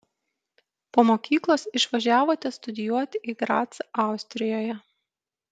po mokyklos išvažiavote studijuoti į gracą austrijoje